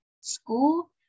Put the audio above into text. school